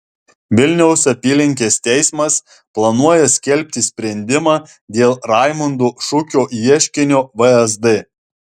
vilniaus apylinkės teismas planuoja skelbti sprendimą dėl raimondo šukio ieškinio vsd